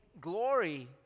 glory